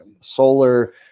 solar